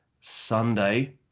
sunday